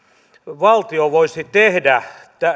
valtio voisi tehdä